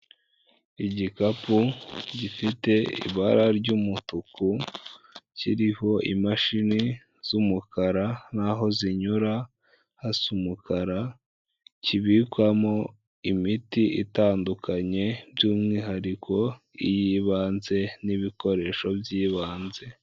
Igikapu gifite ibara ry'umutuku, kiriho imashini z'umukara naho zinyura hasa umukara, kibikwamo imiti itandukanye, by'umwihariko iy'ibanze n'ibikoresho by'ibanze.